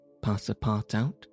Passapartout